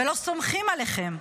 ולא סומכים עליכם,